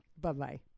Bye-bye